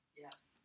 Yes